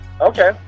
Okay